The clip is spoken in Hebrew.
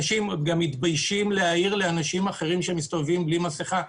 כי אנשים מתביישים להעיר לאנשים אחרים שמסתובבים בלי מסכה.